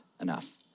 enough